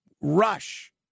rush